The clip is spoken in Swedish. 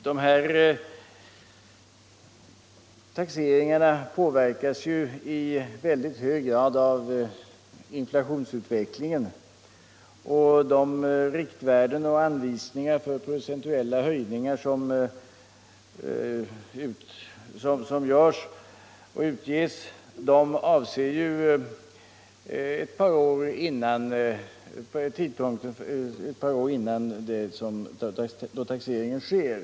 De här taxeringarna påverkas i mycket hög grad av inflationsutvecklingen, och de riktvärden och anvisningar för procentuella höjningar som fastställs och utges avser en tidpunkt som ligger ett par år före den då taxeringen sker.